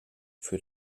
für